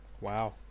Wow